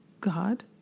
God